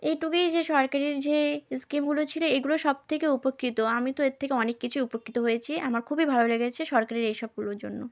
এইটুকুই যে সরকারের যে স্কিমগুলো ছিল এইগুলো সবথেকে উপকৃত আমি তো এর থেকে অনেক কিছু উপকৃত হয়েছি আমার খুবই ভালো লেগেছে সরকারের এইসবগুলোর জন্য